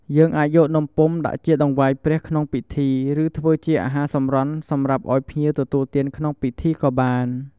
យើងអាចយកនំពុម្ពដាក់ជាដង្វាយព្រះក្នុងពិធី ឬ ធ្វើជាអាហារសម្រន់សម្រាប់ឱ្យភ្ញៀវទទួលទានក្នុងពិធីក៏បាន។